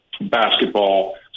basketball